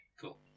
cool